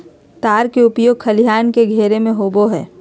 तार के उपयोग खलिहान के घेरे में होबो हइ